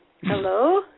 Hello